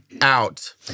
out